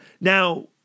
Now-